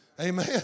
Amen